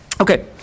Okay